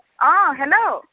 অঁ হেল্ল'